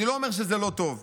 אני לא אומר שזה לא טוב,